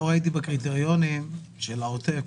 לא ראיתי בקריטריונים של העוטף,